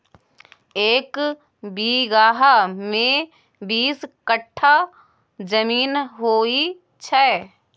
एक बीगहा मे बीस कट्ठा जमीन होइ छै